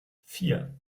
vier